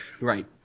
Right